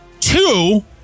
two